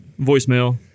Voicemail